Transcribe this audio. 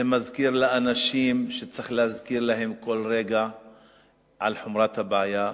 זה מזכיר לאנשים שצריך להזכיר להם כל רגע את חומרת הבעיה.